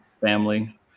family